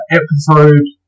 episode